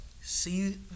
see